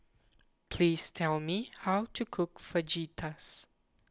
please tell me how to cook Fajitas